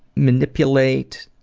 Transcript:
manipulate